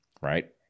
right